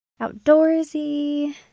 Outdoorsy